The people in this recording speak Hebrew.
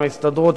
עם ההסתדרות,